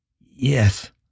Yes